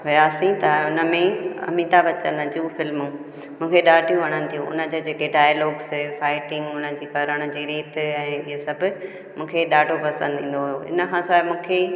वियासीं त हुन में ई अमिताभ बच्चन जूं फिल्मूं उहे ॾाढियूं वणंदियूं उन जे डायलौग्स फाइटिंग उन जी करण जी रीति ऐं ये सभु मूंखे ॾाढो पसंदि ईंदो हुओ इन खां सवाइ मूंखे